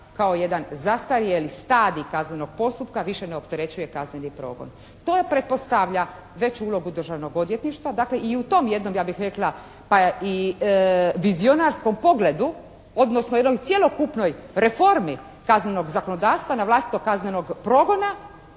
kao jedan zastarjeli stadij kaznenog postupka više ne opterećuje kazneni progon. To je pretpostavlja veću ulogu Državnog odvjetništva. Dakle, i u tom jednom ja bih rekla pa i vizionarskom pogledu, odnosno jednoj cjelokupnoj reformi kaznenog zakonodavstva na … /Govornica